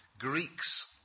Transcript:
Greeks